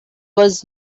was